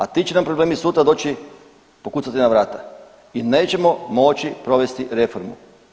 A ti će nam problemi sutra doći, pokucati na vrata i nećemo moći provesti reforme.